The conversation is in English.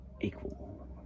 equal